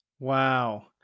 Wow